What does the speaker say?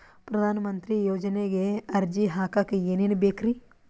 ಪ್ರಧಾನಮಂತ್ರಿ ಯೋಜನೆಗೆ ಅರ್ಜಿ ಹಾಕಕ್ ಏನೇನ್ ಬೇಕ್ರಿ?